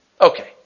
Okay